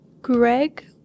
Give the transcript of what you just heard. Greg